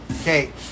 Okay